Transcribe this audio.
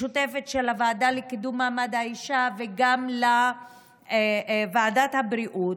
לוועדה לקידום מעמד האישה ולוועדת הבריאות,